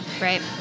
Right